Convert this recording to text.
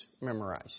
memorized